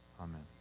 Amen